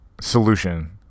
solution